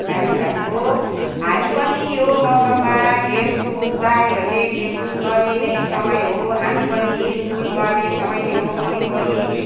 मानिसहरूको हामी पनि यो मौसममा खेलकुद नानीहरूले खेलकुद गर्ने नै समय हो हामी पनि हिँडडुल गर्ने समय नै हो वरिपरि